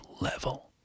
level